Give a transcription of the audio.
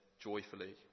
joyfully